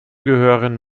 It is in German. gehören